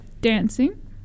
Dancing